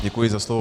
Děkuji za slovo.